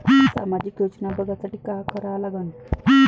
सामाजिक योजना बघासाठी का करा लागन?